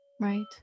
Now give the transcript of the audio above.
Right